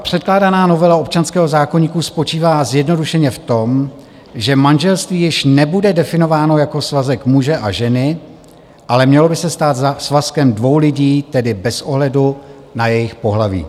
Předkládaná novela občanského zákoníku spočívá zjednodušeně v tom, že manželství již nebude definováno jako svazek muže a ženy, ale mělo by se stát svazkem dvou lidí, tedy bez ohledu na jejich pohlaví.